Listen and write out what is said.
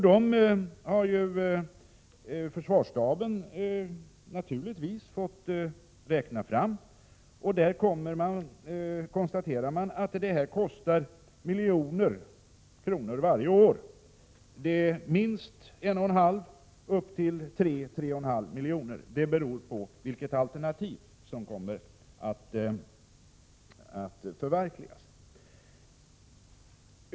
Dem har försvarsstaben naturligtvis fått räkna fram, och där konstaterar man att det kostar miljoner kronor varje år. Merkostnaden blir minst 1,5 upp till 3 eller 3,5 milj.kr., beroende på vilket alternativ som kommer att förverkligas.